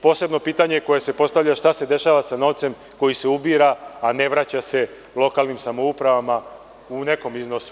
Posebno pitanje koje se postavlja je šta se dešava sa novcem koji se ubira, a ne vraća se lokalnim samoupravama u nekom iznosu.